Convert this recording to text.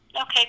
Okay